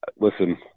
listen